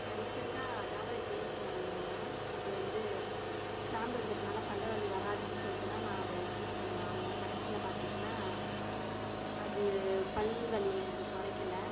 நான் ரீசண்டாக டாபர்ரெட் பேஸ்ட் வாங்கிருந்த அது வந்து கிராம்பு இருக்குகிறதுனால பல்லு வலி வராதுனு சொல்லிட்டு தான் நான் அதை சூஸ் பண்ணி வாங்குன கடைசியில் பார்த்தீங்னா அது பல் வலியை எனக்கு குறைக்கல